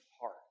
heart